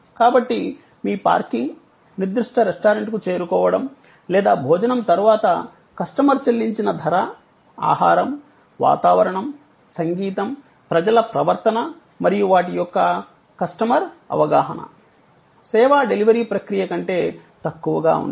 కాబట్టి మీ పార్కింగ్ నిర్దిష్ట రెస్టారెంట్కు చేరుకోవడం లేదా భోజనం తర్వాత కస్టమర్ చెల్లించిన ధర ఆహారం వాతావరణం సంగీతం ప్రజల ప్రవర్తన మరియు వాటి యొక్క కస్టమర్ అవగాహన సేవా డెలివరీ ప్రక్రియ కంటే తక్కువగా ఉండాలి